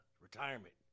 retirement